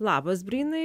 labas brynai